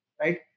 right